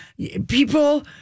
People